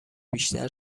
بیشتر